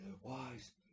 wise